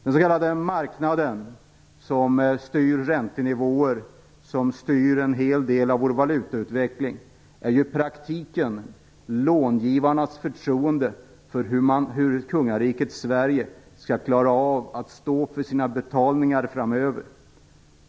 Den s.k. marknaden, som styr räntenivåer och en hel del av vår valutautveckling, är i praktiken långivarnas förtroende för hur kungariket Sverige skall klara av att stå för sina betalningar framöver.